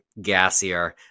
gassier